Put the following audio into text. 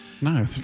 No